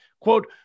Quote